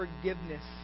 forgiveness